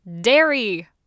Dairy